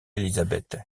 élisabeth